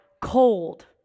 cold